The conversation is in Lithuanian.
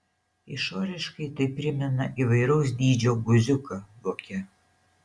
išoriškai tai primena įvairaus dydžio guziuką voke